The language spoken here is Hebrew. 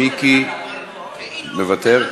מיקי, מוותר.